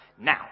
now